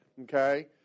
Okay